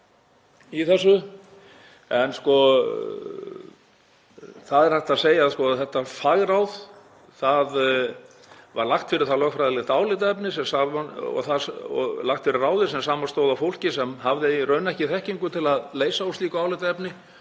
Það er hægt að segja um þetta fagráð að lögfræðilegt álitaefni var lagt fyrir ráðið sem samanstóð af fólki sem hafði í rauninni ekki þekkingu til að leysa úr slíku álitaefni,